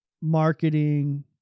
marketing